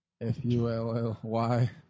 F-U-L-L-Y